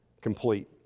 complete